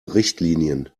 richtlinien